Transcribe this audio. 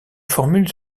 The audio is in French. formules